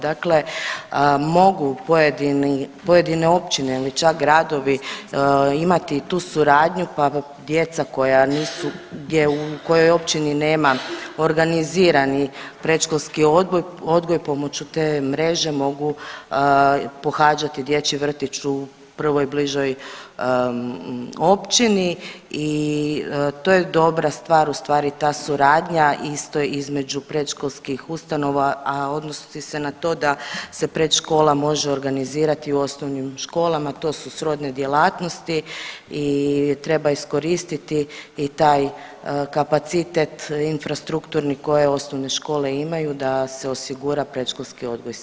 Dakle, mogu pojedine općine ili čak gradovi imati tu suradnju, pa djeca koja nisu, gdje u kojoj općini nema organizirani predškolski odgoj pomoću te mreže mogu pohađati dječji vrtić u prvoj bližoj općini i to je dobra stvar u stvari ta suradnja isto između predškolskih ustanova, a odnosi se na to da se predškola može organizirati u osnovnim školama to su srodne djelatnosti i treba iskoristiti i taj kapacitet infrastrukturni koje osnovne škole imaju da se osigura predškolski odgoj svima.